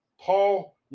Paul